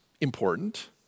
important